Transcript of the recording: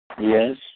Yes